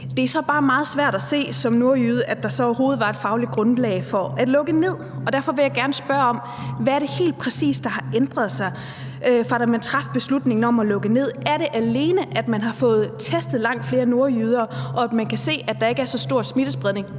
at der overhovedet var et fagligt grundlag for at lukke ned, og derfor vil jeg gerne spørge: Hvad er det helt præcis der har ændret sig, fra da man traf beslutningen om at lukke ned? Er det alene, at man har fået testet langt flere nordjyder, og at man kan se, at der ikke er så stor en smittespredning?